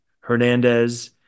Hernandez